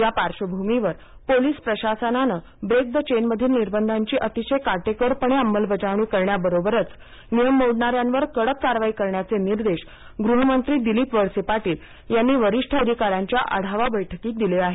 या पार्श्वभूमीवर पोलिस प्रशासनानं ब्रेक द चेन मधील निर्बंधांची अतिशय काटेकोरपणे अंमलबजावणी करण्याबरोबरच नियम मोडणाऱ्यावर कडक कारवाई करण्याचे निर्देश गृहमंत्री दिलीप वळसे पाटील यांनी वरिष्ठ अधिकाऱ्यांच्या आढावा बैठकीत दिले आहेत